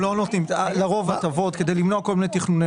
אנחנו לרוב לא נותנים הטבות כדי למנוע כל מיני תכנוני מס.